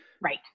Right